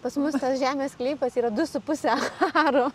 pas mus tas žemės sklypas yra du su puse aro